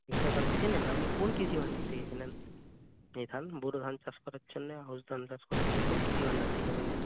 mister পালকে চেনেন আপনি কোন কৃষিভাণ্ডার থেকে কেনেন এই ধান বোরো ধান চাষ করার জন্যে আউশ ধান চাষ করার জন্যে কোন কৃষিভাণ্ডার থেকে মানে